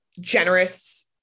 generous